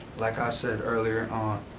like i said earlier,